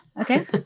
Okay